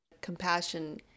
compassion